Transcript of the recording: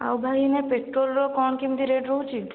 ଆଉ ଭାଇ ଏଇନା ପେଟ୍ରୋଲ୍ ର କ'ଣ କେମିତି ରେଟ୍ ରହୁଛି